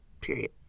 period